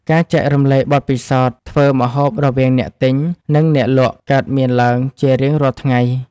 ការចែករំលែកបទពិសោធន៍ធ្វើម្ហូបរវាងអ្នកទិញ និងអ្នកលក់កើតមានឡើងជារៀងរាល់ថ្ងៃ។